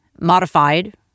modified